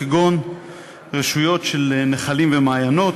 כגון רשויות של נחלים ומעיינות,